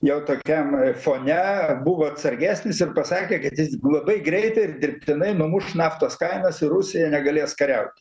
jau tokiam fone buvo atsargesnis ir pasakė kad jis labai greitai ir dirbtinai numuš naftos kainas ir rusija negalės kariaut